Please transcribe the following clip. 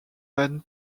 van